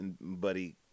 buddy